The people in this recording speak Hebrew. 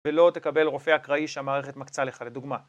ולא תקבל רופא אקראי שהמערכת מקצה לך, לדוגמה